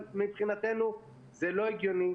מבחינתנו זה לא הגיוני,